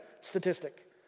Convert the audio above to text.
statistic